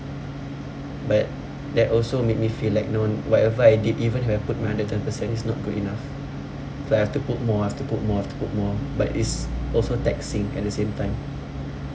but that also made me feel like no one whatever I did even if I put my hundred ten percent it's not good enough so I have to put more I have to put more I have to put more but it's also taxing at the same time